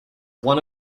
one